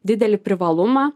didelį privalumą